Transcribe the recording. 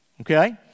okay